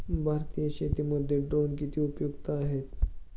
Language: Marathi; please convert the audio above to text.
भारतीय शेतीमध्ये ड्रोन किती उपयुक्त आहेत?